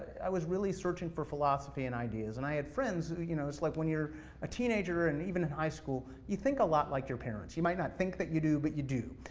i was really searching for philosophy and ideas, and i had friends, you you know, it's like when you're a teenager, and even in high school, you think a lot like your parents. you might not think that you do, but you do.